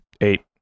Eight